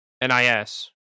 NIS